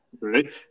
Right